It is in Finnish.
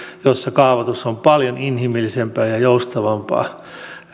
joissa kaavoitus on paljon inhimillisempää ja joustavampaa